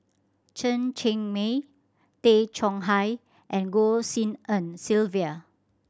Chen Cheng Mei Tay Chong Hai and Goh Tshin En Sylvia